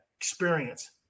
experience